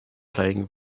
playing